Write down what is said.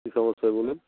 কী সমস্যা বলুন